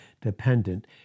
dependent